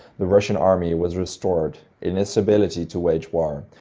the russian army was restored in its ability to wage war.